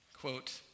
quote